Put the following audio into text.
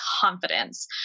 confidence